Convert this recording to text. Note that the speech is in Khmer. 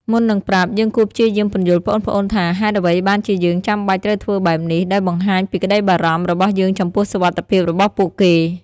មុននឹងប្រាប់ យើងគួរព្យាយាមពន្យល់ប្អូនៗថា ហេតុអ្វីបានជាយើងចាំបាច់ត្រូវធ្វើបែបនេះ ដោយបង្ហាញពីក្ដីបារម្ភរបស់យើងចំពោះសុវត្ថិភាពរបស់ពួកគេ។